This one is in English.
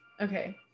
Okay